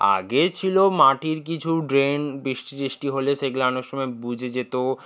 আগে ছিল মাটির কিছু ড্রেন বৃষ্টি টিষ্টি হলে সেগুলো অনেক সময় বুজে যেত